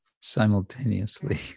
simultaneously